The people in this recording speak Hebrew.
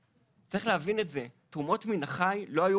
וצריך להבין את זה: תרומות מן החי לא היו